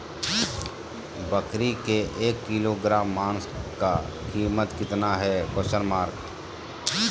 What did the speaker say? बकरी के एक किलोग्राम मांस का कीमत कितना है?